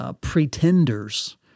pretenders